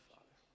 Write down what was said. Father